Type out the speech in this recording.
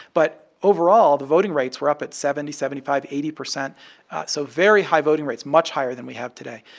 but overall, the voting rates were up at seventy, seventy five, eighty percent so very high voting rates, much higher than we have today.